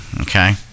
okay